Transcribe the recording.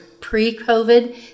pre-COVID